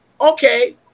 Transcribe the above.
okay